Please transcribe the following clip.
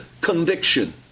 conviction